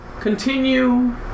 Continue